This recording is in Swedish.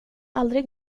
aldrig